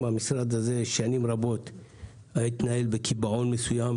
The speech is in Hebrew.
המשרד התנהל במשך שנים בקיבעון מסוים,